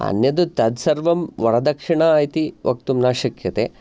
अन्यद् तद् सर्वं वरदक्षिणा इति वक्तुं न शक्यते